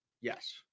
Yes